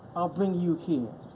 i'll bring you here,